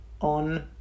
on